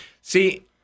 See